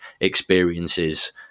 experiences